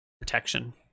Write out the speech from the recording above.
protection